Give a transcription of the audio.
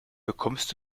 bekommst